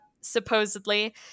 supposedly